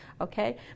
Okay